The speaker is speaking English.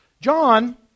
John